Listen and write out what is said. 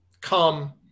come